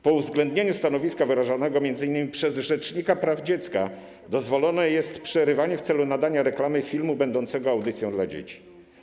Po uwzględnieniu stanowiska wyrażonego m.in. przez rzecznika praw dziecka dozwolone jest przerywanie w celu nadania reklamy filmu będącego audycją dla dzieci.